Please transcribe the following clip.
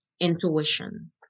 intuition